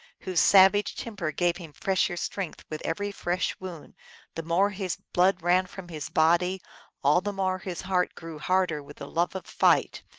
whose savage temper gave him fresher strength with every fresh wound the more his blood ran from his body all the more his heart grew harder with the love of fight,